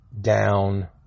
down